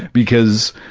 because,